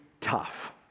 tough